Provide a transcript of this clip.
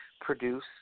produce